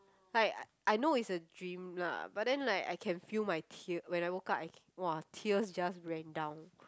like I I know it's a dream lah but then like I can feel my tear when I woke up I !wah! tears just ran down